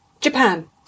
Japan